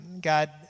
God